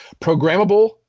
Programmable